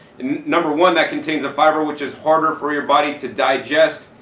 number one that contains a fiber which is harder for your body to digest,